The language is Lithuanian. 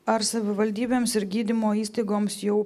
ar savivaldybėms ir gydymo įstaigoms jau